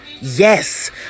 yes